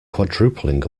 quadrupling